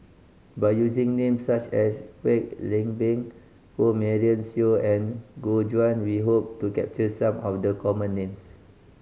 by using names such as Kwek Leng Beng Jo Marion Seow and Gu Juan we hope to capture some of the common names